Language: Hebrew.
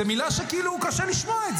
זאת מילה שכאילו קשה לשמוע,